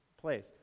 place